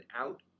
out